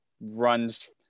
runs